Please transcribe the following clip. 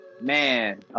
man